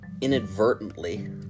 inadvertently